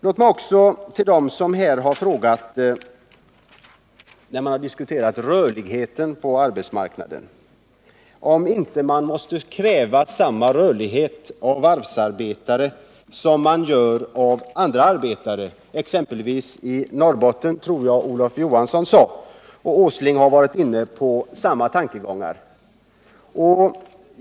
Några talare har, när man har diskuterat rörligheten på arbetsmarknaden, frågat om man inte måste kräva samma rörlighet av varvsarbetare som man kräver av andra arbetare, i exempelvis Norrbotten. Jag tror att det var Olof Johansson som sade detta, och Nils Åsling har varit inne på samma tankegångar.